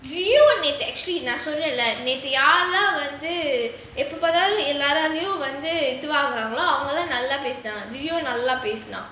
rio வ நேத்து:va nethu actually நேத்து யாரெல்லாம் வந்து இப்போல்லாம் வந்து இதாகுரங்களோ அவங்க தான் நல்லா பேசுறாங்க:nethu yaarellaam vanthu ippolaam vanthu ithaakuraangalo avanga than nallaa pesuranga rio நல்லா பேசுனான்:nallaa pesunaan